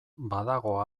badago